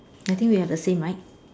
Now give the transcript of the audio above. I think we have the same right